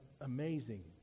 amazing